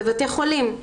בבתי החולים.